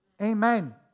Amen